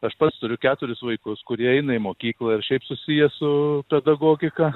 aš pats turiu keturis vaikus kurie eina į mokyklą ir šiaip susiję su pedagogika